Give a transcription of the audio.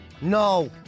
No